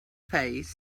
face